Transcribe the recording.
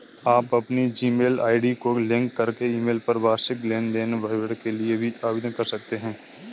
आप अपनी Gmail ID को लिंक करके ईमेल पर वार्षिक लेन देन विवरण के लिए भी आवेदन कर सकते हैं